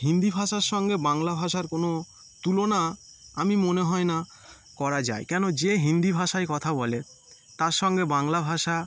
হিন্দি ভাষার সঙ্গে বাংলা ভাষার কোনো তুলনা আমি মনে হয় না করা যায় কেন যে হিন্দি ভাষায় কথা বলে তার সঙ্গে বাংলা ভাষা